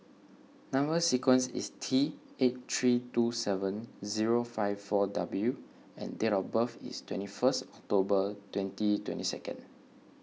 Number Sequence is T eight three two seven zero five four W and date of birth is twenty first October twenty twenty second